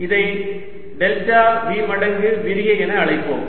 இதை delta v மடங்கு விரிகை என அழைப்போம்